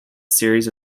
series